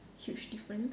huge different